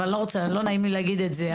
אבל לא נעים לי להגיד את זה,